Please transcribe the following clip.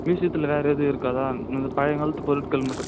மியூஸியத்தில் வேறு எதுவும் இருக்காதா இந்த பழையங்காலத்து பொருட்கள் மட்டும்